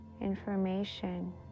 information